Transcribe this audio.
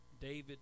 David